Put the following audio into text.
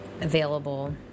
available